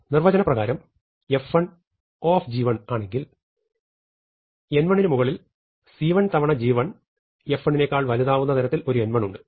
നിർവചനപ്രകാരം f1 O ആണെങ്കിൽ n1 നു മുകളിൽ c1തവണ g1 f1 നേക്കാൾ വലുതാവുന്ന തരത്തിൽ ഒരു n1 ഉണ്ട്